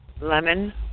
lemon